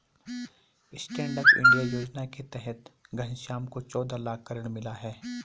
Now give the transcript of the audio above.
stand up India योजना के तहत घनश्याम को चौदह लाख का ऋण मिला है